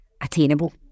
attainable